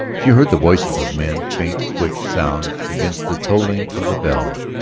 she heard the voices of men, faint, quick sounds against the tolling of the bell.